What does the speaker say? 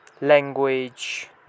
Language